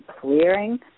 clearing